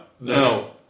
No